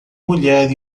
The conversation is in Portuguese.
mulher